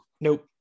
nope